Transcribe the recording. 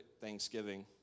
Thanksgiving